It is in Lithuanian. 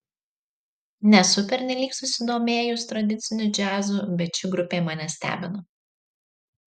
nesu pernelyg susidomėjus tradiciniu džiazu bet ši grupė mane stebina